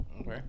Okay